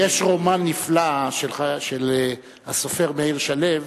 יש רומן נפלא של הסופר מאיר שלו,